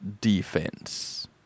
defense